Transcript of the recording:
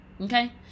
okay